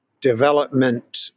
development